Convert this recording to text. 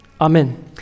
Amen